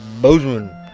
Bozeman